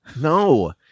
No